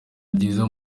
byiza